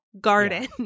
garden